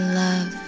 love